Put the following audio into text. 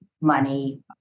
money